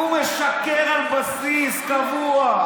הוא משקר על בסיס קבוע.